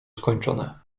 skończone